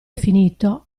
finito